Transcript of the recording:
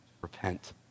repent